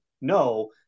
no